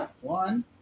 One